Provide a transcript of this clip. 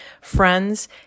friends